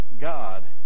God